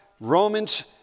Romans